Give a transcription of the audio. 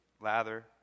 lather